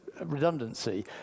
redundancy